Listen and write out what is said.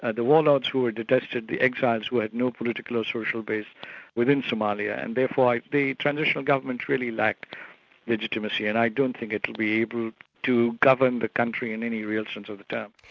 and the warlords who were detested, the exiles who had no political or social base within somalia, and therefore the transitional governments really like legitimacy, and i don't think it'll be able to govern the country in any real sense of the term.